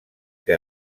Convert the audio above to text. que